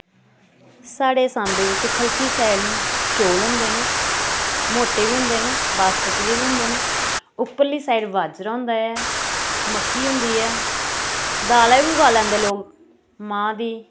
साढ़े साम्बै बिच खलकी साइड चौल होंदे न मोटे बी होंदे न बासमती बी होंदे न उप्परली साइड बाजरा होंदा ऐ मक्की होंदी ऐ दालां बी उगाई लैंदे लोग मांह् दी